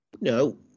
No